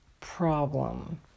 Problem